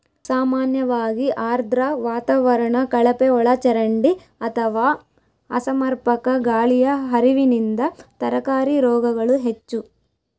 ಸಾಮಾನ್ಯವಾಗಿ ಆರ್ದ್ರ ವಾತಾವರಣ ಕಳಪೆಒಳಚರಂಡಿ ಅಥವಾ ಅಸಮರ್ಪಕ ಗಾಳಿಯ ಹರಿವಿನಿಂದ ತರಕಾರಿ ರೋಗಗಳು ಹೆಚ್ಚು